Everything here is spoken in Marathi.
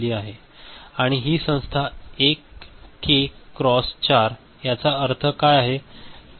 आणि ही संस्था 1 के क्रॉस 4 याचा अर्थ काय आहे